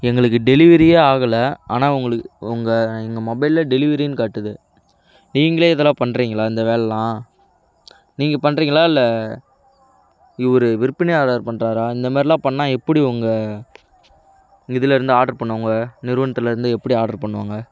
எங்களுக்கு டெலிவரியே ஆகல ஆனால் உங்களுக்கு உங்கள் எங்கள் மொபைல்ல டெலிவரின்னு காட்டுது நீங்களே இதெல்லாம் பண்ணுறீங்களா இந்த வேலைலான் நீங்க பண்ணுறீங்களா இல்லை இவரு விற்பனையாளர் பண்ணுறாரா இந்தமரிலான் பண்ணால் எப்படி உங்கள் இதுலேருந்து ஆட்ரு பண்ணுவாங்க நிறுவனத்துலேருந்து எப்படி ஆட்ரு பண்ணுவாங்க